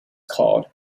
called